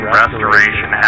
restoration